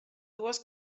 dues